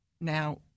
now